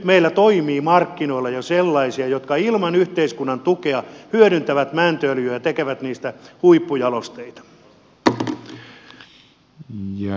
meillä toimii markkinoilla jo sellaisia jotka ilman yhteiskunnan tukea hyödyntävät mäntyöljyä ja tekevät siitä huippujalosteita